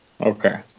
Okay